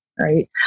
right